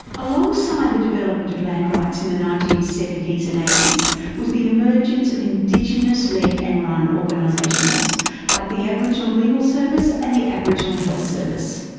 alongside the development of land rights in the nineteen seventy s and eighty s was the emergence of indigenous led and run organisations like the aboriginal legal service and the aboriginal health service.